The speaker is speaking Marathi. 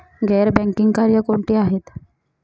गैर बँकिंग कार्य कोणती आहेत?